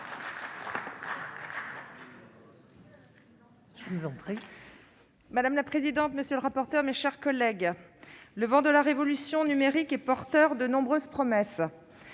Madame la présidente, madame la secrétaire d'État, mes chers collègues, le vent de la révolution numérique est porteur de nombreuses promesses.